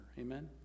Amen